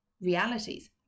realities